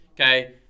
Okay